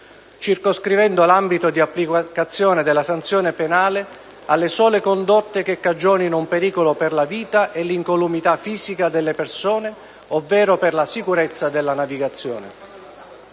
circoscrivendo l'ambito di applicazione della sanzione penale alle sole condotte che cagionino un pericolo per la vita e l'incolumità fisica delle persone ovvero per la sicurezza della navigazione.